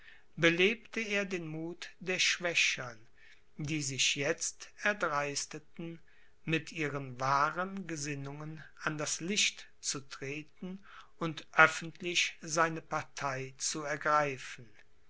belebte er den muth der schwächern die sich jetzt erst erdreisteten mit ihren wahren gesinnungen an das licht zu treten und öffentlich seine partei zu ergreifen